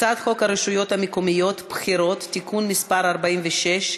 הצעת חוק הרשויות המקומיות (בחירות) (תיקון מס' 46)